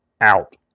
Out